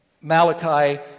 Malachi